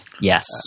yes